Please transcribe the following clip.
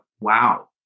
wow